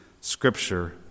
Scripture